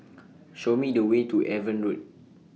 Show Me The Way to Avon Road